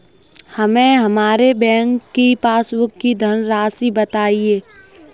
हमें हमारे बैंक की पासबुक की धन राशि बताइए